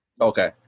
Okay